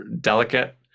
delicate